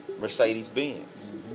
Mercedes-Benz